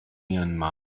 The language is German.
myanmar